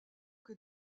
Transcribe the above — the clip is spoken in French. que